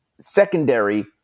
secondary